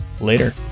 Later